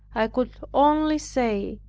i could only say,